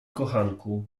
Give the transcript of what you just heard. kochanku